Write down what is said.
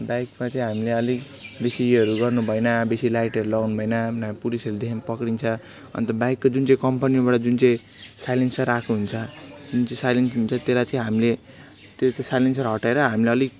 बाइकमा चाहिँ हामीले अलिक बेसी योहरू गर्नु भएन बेसी लाइटहरू लाउनु भएन नाभए पुलिसहरूले देख्यो भने पक्रिन्छ अन्त बाइकको जुन चाहिँ कम्पनीबाट जुन चाहिँ साइलेन्सर आएको हुन्छ जुन चाहिँ साइलेन्स हुन्छ त्यसलाई चाहिँ हामीले त्यो चाहिँ साइलेन्सर हटाएर हामीले अलिक